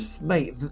Mate